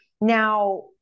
Now